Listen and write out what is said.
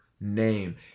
name